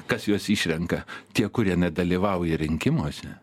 kas juos išrenka tie kurie nedalyvauja rinkimuose